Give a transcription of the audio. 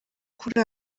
kuri